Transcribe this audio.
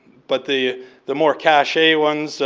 but the the more cache one. so